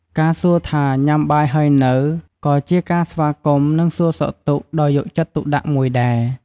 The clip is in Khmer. ការសួរថា “ញ៉ាំបាយហើយនៅ?” ក៏ជាការស្វាគមន៍ និងសួរសុខទុក្ខដោយយកចិត្តទុកដាក់មួយដែរ។